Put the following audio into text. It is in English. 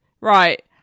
Right